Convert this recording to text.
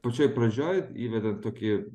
pačioj pradžioj įvedant tokį